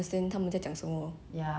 I think that's why I think like